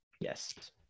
Yes